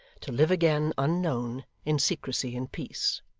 to live again unknown, in secrecy and peace.